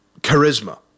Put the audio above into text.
charisma